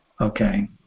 Okay